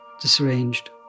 disarranged